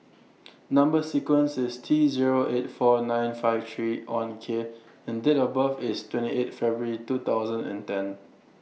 Number sequence IS T Zero eight four nine five three one K and Date of birth IS twenty eight February two thousand and ten